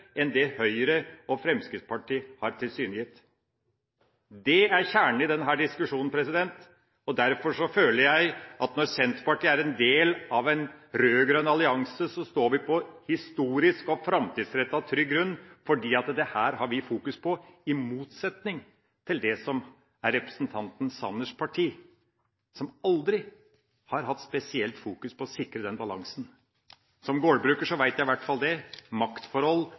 enn det Høyre og Fremskrittspartiet har tilsynegitt. Det er kjernen i denne diskusjonen. Derfor føler jeg at når Senterpartiet er en del av en rød-grønn allianse, står vi på historisk og framtidsrettet trygg grunn, for dette fokuserer vi på – i motsetning til det som representanten Sanners parti gjør, som aldri har fokusert spesielt på å sikre den balansen. Som gårdbruker vet jeg i hvert fall